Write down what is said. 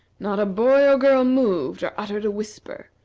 not a boy or girl moved, or uttered a whisper.